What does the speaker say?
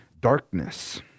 darkness